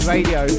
Radio